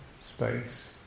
space